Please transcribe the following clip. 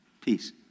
Peace